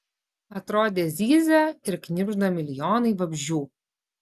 atrodė zyzia ir knibžda milijonai vabzdžių